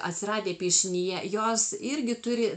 atsiradę piešinyje jos irgi turi